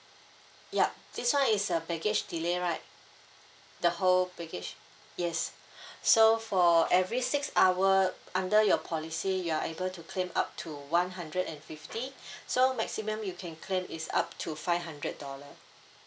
yup this one is a baggage delay right the whole baggage yes so for every six hour under your policy you're able to claim up to one hundred and fifty so maximum you can claim is up to five hundred dollar